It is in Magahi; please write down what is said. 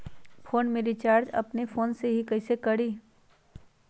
फ़ोन में रिचार्ज अपने ही फ़ोन से कईसे करी?